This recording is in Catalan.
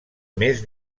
més